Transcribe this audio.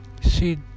See